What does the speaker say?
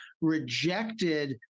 rejected